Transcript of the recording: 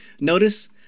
Notice